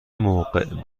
موقع